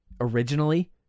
Originally